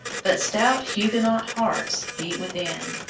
but stout huguenot hearts beat within.